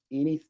any,